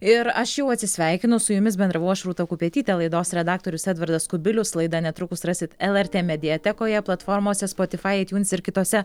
ir aš jau atsisveikinu su jumis bendravau aš rūta kupetytė laidos redaktorius edvardas kubilius laidą netrukus rasit lrt mediatekoje platformose spotifai aitiūns ir kitose